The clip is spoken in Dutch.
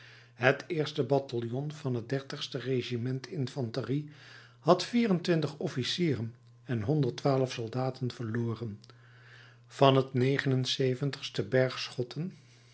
het eerste bataljon van het regiment infanterie had vier-en-twintig officieren en honderd twaalf soldaten verloren van het